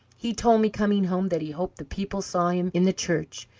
he told me, coming home, that he hoped the people saw him in the church,